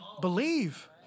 believe